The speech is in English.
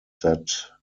that